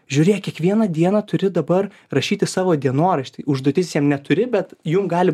žiūrėk kiekvieną dieną turi dabar rašyti savo dienoraštį užduotis jam neturi bet jum gali